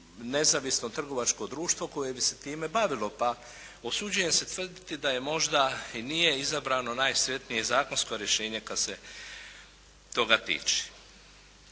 nezavisno trgovačko društvo koje bi se time bavilo. Pa usuđujem se tvrditi da možda i nije izabrano najsretnije zakonsko rješenje kad se toga tiče.